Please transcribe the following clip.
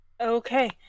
Okay